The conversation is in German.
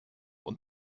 und